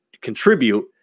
contribute